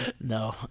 no